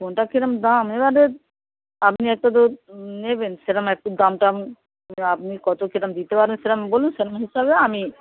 কোনটা কীরম দাম এবারে আপনি একটা তো নেবেন সেরম একটু দামটা আপনি কত কিরম দিতে পারেন সেরম বলুন সেরম হিসাবে আমি